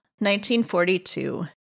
1942